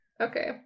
Okay